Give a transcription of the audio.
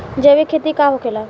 जैविक खेती का होखेला?